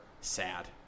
sad